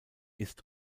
ist